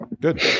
Good